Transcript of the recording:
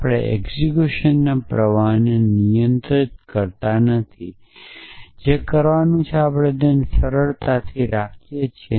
આપણે એક્ઝેક્યુશનના પ્રવાહને નિયંત્રિત કરતા નથી જે કરવાનું છે તે આપણે તેને સરળતાથી રાખીએ છીએ